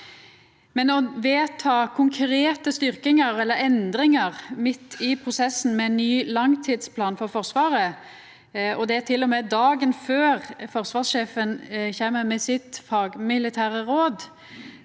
men å vedta konkrete styrkingar eller endringar midt i prosessen med ny langtidsplan for Forsvaret, til og med dagen før forsvarssjefen kjem med sitt fagmilitære råd,